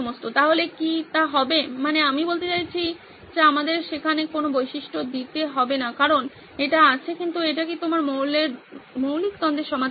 তাহলে কি তা হবে মানে আমি বলতে চাচ্ছি যে আমাদের সেখানে কোনো বৈশিষ্ট্য দিতে হবে না কারণ এটি আছে কিন্তু এটি কি তোমার মৌলিক দ্বন্দ্বের সমাধান করছে